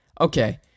Okay